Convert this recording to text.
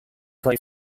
play